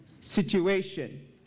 situation